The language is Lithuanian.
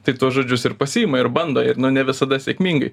tai tuos žodžius ir pasiima ir bando ir nu ne visada sėkmingai